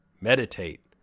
meditate